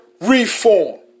reform